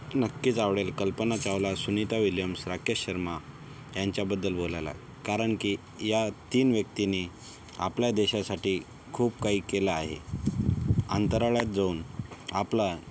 नक्कीच आवडेल कल्पना चावला सुनीता विल्यम्स राकेश शर्मा यांच्याबद्दल बोलायला कारण की या तीन व्यक्तींनी आपल्या देशासाठी खूप काही केलं आहे अंतराळात जाऊन आपला